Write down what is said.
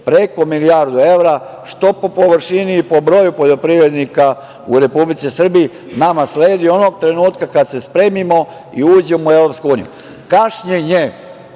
preko milijardu evra, što po površini i po broju poljoprivrednika u Republici Srbiji nama sledi onog trenutka kada se spremimo i uđemo u EU.Kašnjenje